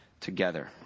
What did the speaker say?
together